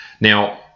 now